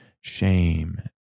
shame